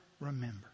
remember